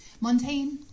Montaigne